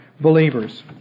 believers